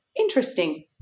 interesting